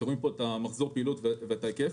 אתם רואים פה את מחזור הפעילות ואת ההיקף.